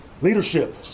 Leadership